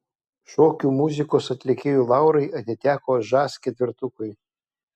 šokių muzikos atlikėjų laurai atiteko žas ketvertukui